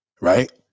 right